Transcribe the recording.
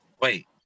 wait